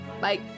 bye